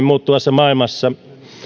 muuttuvassa maailmassa